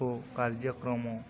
ଓ କାର୍ଯ୍ୟକ୍ରମ